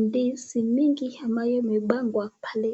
Ndizi mingi ambaye imepangwa pale